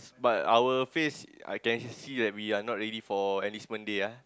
but our face I can see that we are not ready for enlistment day ah